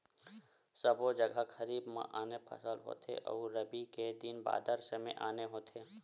सबो जघा खरीफ म आने फसल होथे अउ रबी के दिन बादर समे आने होथे